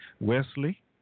Wesley